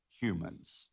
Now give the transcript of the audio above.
humans